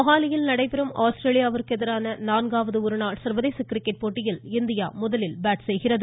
மொஹாலியில் நடைபெறும் ஆஸ்திரேலியாவிற்கு எதிரான நான்காவது ஒரு நாள் சர்வதேச கிரிக்கெட் போட்டியில் இந்தியா முதலில் பேட் செய்கிறது